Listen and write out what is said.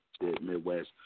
Midwest